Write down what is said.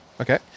Okay